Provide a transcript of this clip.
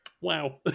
Wow